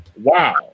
wow